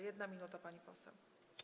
1 minuta, pani poseł.